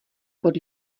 pod